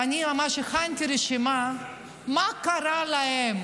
ואני ממש הכנתי רשימה מה קרה להם